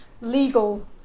legal